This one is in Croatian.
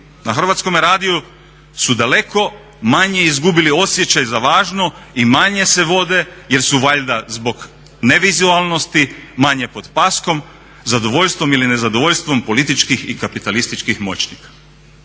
Na Hrvatskome radiju su daleko manje izgubili osjećaj za važno i manje se vode jer su valjda zbog nevizualnosti manje pod paskom, zadovoljstvom ili nezadovoljstvom političkih i kapitalističkih moćnika.